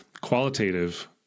qualitative